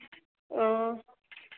हाँ